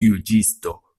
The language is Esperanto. juĝisto